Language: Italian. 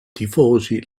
tifosi